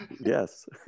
Yes